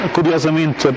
Curiosamente